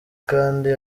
kandi